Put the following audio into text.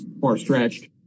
far-stretched